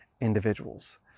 individuals